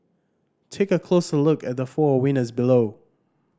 take a closer look at the four winners below